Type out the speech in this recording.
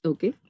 Okay